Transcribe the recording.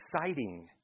exciting